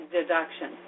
deduction